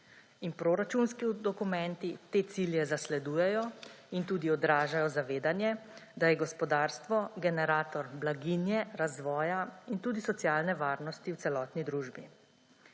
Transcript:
in proračunski dokumenti te cilje zasledujejo in tudi odražajo zavedanje, da je gospodarstvo generator blaginje razvoja in tudi socialne varnosti v celotni družbi.